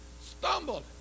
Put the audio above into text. stumbled